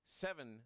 seven